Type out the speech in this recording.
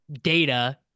data